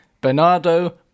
Bernardo